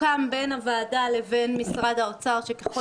סוכם בין הוועדה לבין משרד האוצר שאם